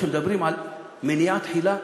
שמדברים על מניעה תחילה,